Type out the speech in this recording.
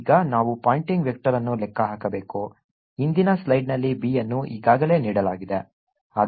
ಈಗ ನಾವು pointing vector ಅನ್ನು ಲೆಕ್ಕ ಹಾಕಬೇಕು ಹಿಂದಿನ ಸ್ಲೈಡ್ನಲ್ಲಿ B ಅನ್ನು ಈಗಾಗಲೇ ನೀಡಲಾಗಿದೆ